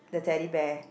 the Teddy Bear